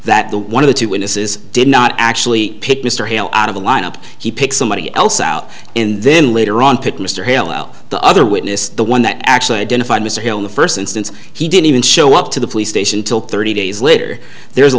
that the one of the two witnesses did not actually pick mr hale out of the lineup he pick somebody else out in then later on pick mr hale l the other witness the one that actually identified mr hill in the first instance he didn't even show up to the police station till thirty days later there's a